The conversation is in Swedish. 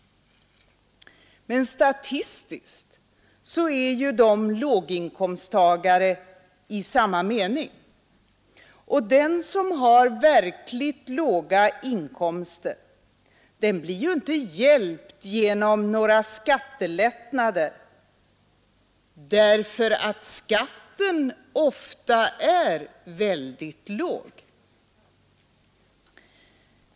Men statistiskt är de låginkomsttagare i samma mening. Och den som har verkligt låga inkomster blir ju inte hjälpt genom några skattelättnader, därför att skatten ofta är väldigt låg.